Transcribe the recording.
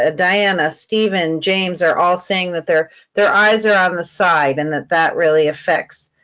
ah diana, steven, james are all saying that their their eyes are on the side and that that really affects